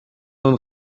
und